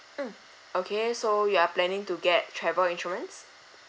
mm okay so you are planning to get travel insurance